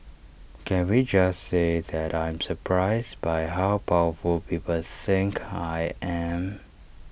can we just say that I am surprised by how powerful people think I am